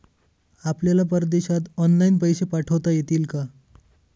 आपल्याला परदेशात ऑनलाइन पैसे पाठवता येतील का?